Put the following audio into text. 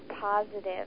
positive